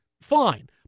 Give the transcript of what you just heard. Fine